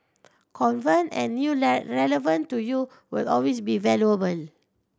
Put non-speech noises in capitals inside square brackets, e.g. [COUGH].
[UNINTELLIGIBLE] and new [UNINTELLIGIBLE] relevant to you will always be valuable